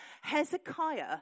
Hezekiah